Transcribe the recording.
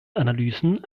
analysen